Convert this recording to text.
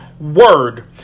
word